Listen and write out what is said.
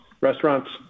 restaurants